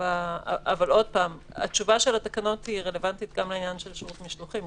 אבל התשובה של התקנות רלוונטית גם לעניין שירות משלוחים,